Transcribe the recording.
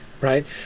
right